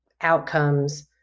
outcomes